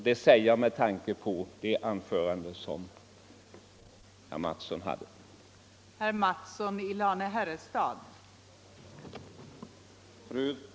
Jag säger detta med tanke på det anförande som herr Mattsson i Lane-Herrestad höll.